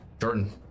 Jordan